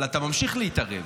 אבל אתה ממשיך להתערב,